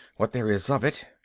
what there is of it.